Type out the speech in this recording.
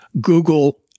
Google